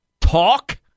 talk